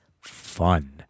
fun